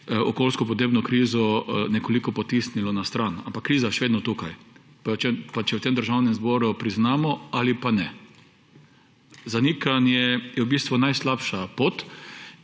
okoljsko-podnebno krizo nekoliko potisnilo na stran. Ampak kriza je še vedno tukaj, pa če jo v tem državnem zboru priznamo ali pa ne. Zanikanje je v bistvu najslabša pot